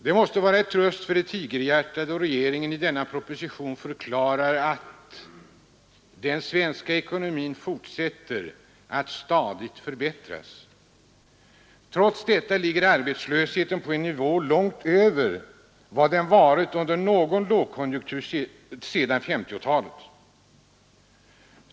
Det måste vara en ”tröst för ett tigerhjärta” då regeringen i denna proposition förklarar att ”den svenska ekonomin fortsätter att stadigt förbättras”. Trots detta ligger arbetslösheten på en nivå långt över vad den varit under någon lågkonjunktur sedan 1950-talet.